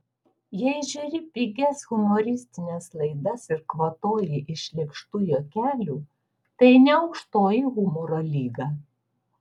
jei žiūri pigias humoristines laidas ir kvatoji iš lėkštų juokelių tai ne aukštoji humoro lyga